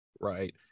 Right